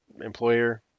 employer